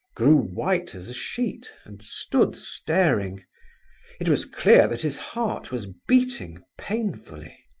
grew white as a sheet, and stood staring it was clear that his heart was beating painfully.